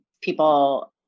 people